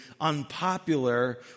unpopular